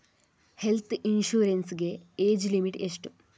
Health insurance ಗೆ age limit ಎಷ್ಟು?